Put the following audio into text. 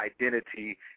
Identity